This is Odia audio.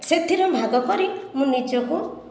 ସେଥିରେ ଭାଗ କରି ମୁଁ ନିଜକୁ